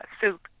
soup